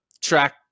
track